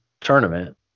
tournament